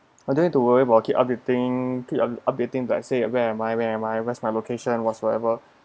I don't need to worry about keep updating keep updating like I say where am I where am I where's my location whatsoever